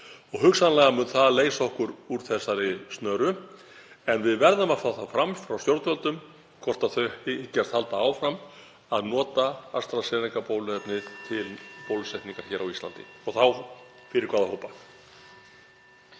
og hugsanlega mun það leysa okkur úr þessari snöru. En við verðum að fá það fram frá stjórnvöldum hvort þau hyggist halda áfram að nota AstraZeneca-bóluefnið til bólusetningar hér á Íslandi og þá fyrir hvaða hópa.